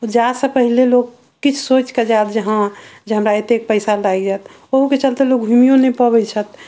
जाय सऽ पहिले लोग किछु सोचि कऽ जाएत जे हँ जे हमरा एतेक पैसा लागि जाएत ओहू के चलते लोग घुइमयो नहि पबै छथि